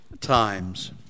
times